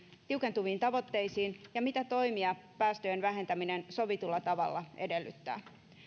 tiukentuviin tavoitteisiin ja mitä toimia päästöjen vähentäminen sovitulla tavalla edellyttää